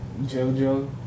jojo